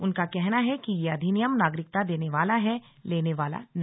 उनका कहना है कि यह अधिनियम नागरिकता देने वाला है लेने वाला नहीं